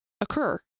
occur